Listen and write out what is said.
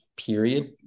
period